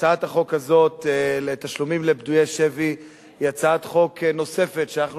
הצעת החוק הזאת לתשלומים לפדויי שבי היא הצעת חוק נוספת שאנחנו